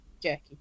jerky